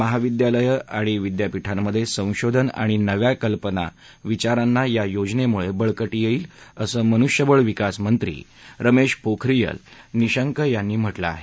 महाविद्यालयं आणि विद्यापिठांमधे संशोधन आणि नव्या कल्पना विचारांना या योजनेमुळे बळकटी येईल असं मनुष्यबळ विकास मंत्री रमेश पोखरियल निशंक यांनी म्हटलं आहे